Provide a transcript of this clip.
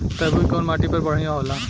तरबूज कउन माटी पर बढ़ीया होला?